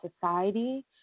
society